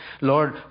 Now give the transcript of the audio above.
Lord